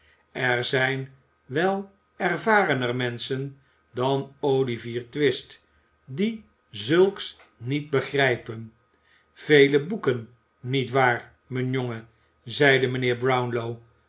er zijn wel ervarener menschen dan olivier twist die zulks niet begrijpen vele boeken niet waar mijn jongen zeide mijnheer brownlow